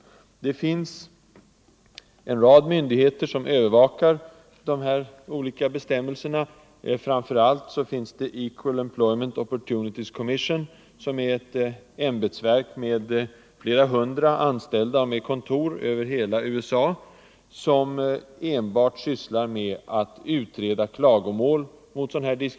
Det finns en rad myndigheter som övervakar de här olika bestämmelserna. Framför allt finns Equal Employment Opportunities Commission, som är ett ämbetsverk med flera hundra anställda och med kontor över hela USA och sysslar med att utreda klagomål över diskriminering.